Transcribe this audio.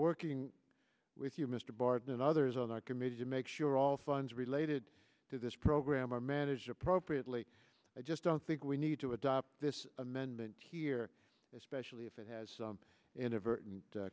working with you mr barton and others on our committee to make sure all funds related to this program are managed appropriately i just don't think we need to adopt this amendment here especially if it has